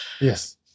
Yes